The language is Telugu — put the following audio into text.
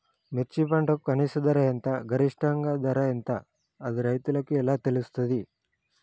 మిర్చి పంటకు కనీస ధర ఎంత గరిష్టంగా ధర ఎంత అది రైతులకు ఎలా తెలుస్తది?